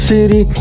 City